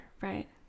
Right